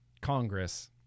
Congress